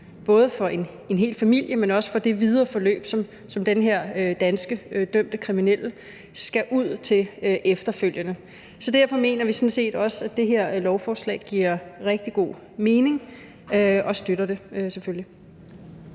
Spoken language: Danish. både for en hel familie, men også for det videre forløb, som den her danske dømte kriminelle skal ud til efterfølgende. Så derfor mener vi sådan set også, at det her lovforslag giver rigtig god mening, og vi støtter det selvfølgelig.